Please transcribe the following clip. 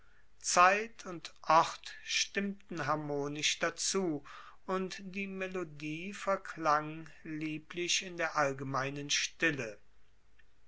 zeit und ort stimmten harmonisch dazu und die melodie verklang lieblich in der allgemeinen stille